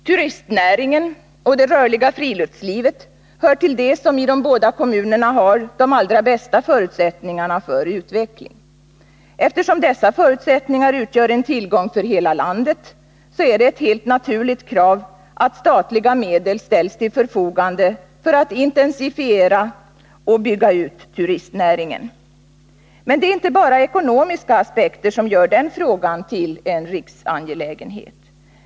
Turistnäringen och det rörliga friluftslivet hör till det som i de båda kommunerna har de allra bästa förutsättningarna för utveckling. Eftersom dessa förutsättningar utgör en tillgång för hela landet, är det ett helt naturligt krav att statliga medel ställs till förfogande för att intensifiera och bygga ut turistnäringen. Men det är inte bara ekonomiska aspekter som gör denna fråga till en riksangelägenhet.